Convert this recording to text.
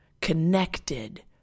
connected